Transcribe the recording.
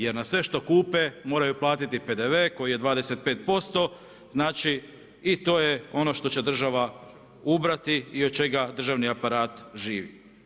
Jer na sve što kupe, moraju platiti PDV koji je 25%, znači i to je ono što će država ubrati i od čega državni aparat živi.